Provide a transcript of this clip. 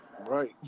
Right